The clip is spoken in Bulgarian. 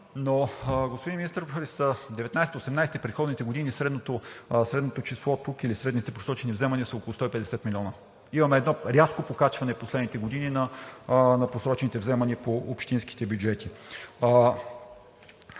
Но, господин Министър, през 2019-а, 2018-а и предходните години средното число тук или средните просрочени вземания са около 150 милиона. Имаме рязко покачване в последните години на просрочените вземания по общинските бюджети.